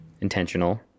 intentional